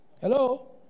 Hello